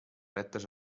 rectes